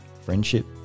friendship